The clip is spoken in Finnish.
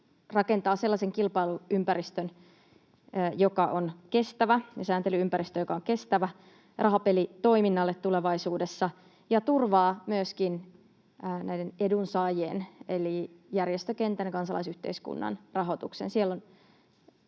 rakentaa sellaisen kilpailuympäristön, joka on kestävä — ja sääntely-ympäristön, joka on kestävä — rahapelitoiminnalle tulevaisuudessa ja turvaa myöskin näiden edunsaajien eli järjestökentän ja kansalaisyhteiskunnan rahoituksen. Siellä on